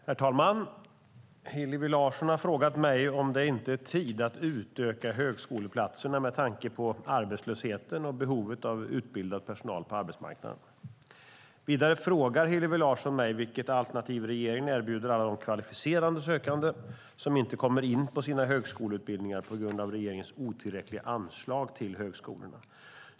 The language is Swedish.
Herr talman! Hillevi Larsson har frågat mig om det inte är tid att utöka högskoleplatserna med tanke på arbetslösheten och behovet av utbildad personal på arbetsmarknaden. Vidare frågar Hillevi Larsson mig vilket alternativ regeringen erbjuder alla de kvalificerade sökande som inte kommer in på sina högskoleutbildningar på grund av regeringens otillräckliga anslag till högskolorna.